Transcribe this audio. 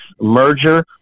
merger